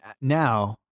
Now